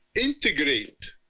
integrate